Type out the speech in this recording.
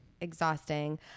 exhausting